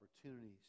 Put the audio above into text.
opportunities